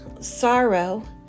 sorrow